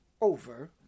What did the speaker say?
over